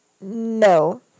No